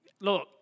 look